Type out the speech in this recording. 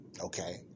okay